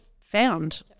found